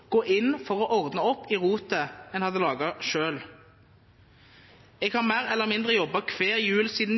gå inn og ordne opp i rotet som en selv hadde laget. Jeg har mer eller mindre jobbet hver jul siden